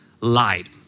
lied